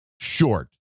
short